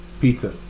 Pizza